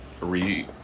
re